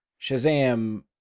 Shazam